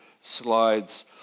slides